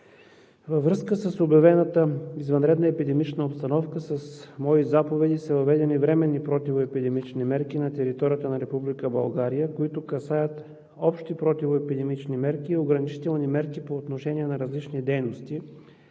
във връзка с обявената извънредна епидемична обстановка с мои заповеди са въведени временни противоепидемични мерки на територията на Република България, които касаят общи противоепидемични и ограничителни мерки по отношение на различни дейности.